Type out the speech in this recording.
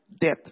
death